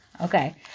Okay